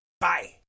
bye